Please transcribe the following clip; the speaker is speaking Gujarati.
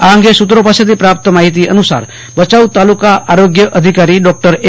આ અંગે સત્રો પાસેથી પ્રાપ્ત માહિતી અનુસાર ભચાઉ તાલુકા આરોગ્ય અધિકારી ડોકટર એ